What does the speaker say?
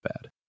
bad